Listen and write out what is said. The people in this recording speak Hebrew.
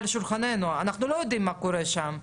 רשות התחרות,